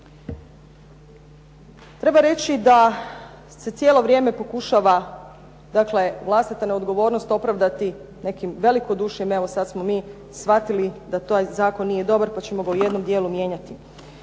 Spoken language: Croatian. Treba reći da se cijelo vrijeme pokušava, dakle vlastita neodgovornost, opravdati nekim velikodušnim, evo sad smo mi shvatili da taj zakon nije dobar pa ćemo ga u jednom dijelu mijenjati.